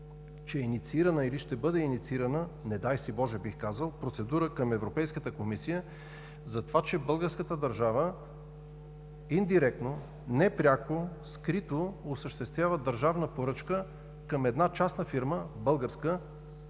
че е инициирана или ще бъде инициирана, не дай си Боже, бих казал, процедура към Европейската комисия, за това че българската държава индиректно, непряко, скрито осъществява държавна поръчка към една частна фирма – българска,